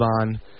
on